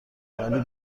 ولی